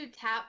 tap